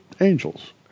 angels